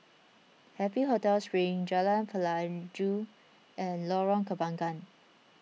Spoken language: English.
Happy Hotel Spring Jalan Pelajau and Lorong Kembangan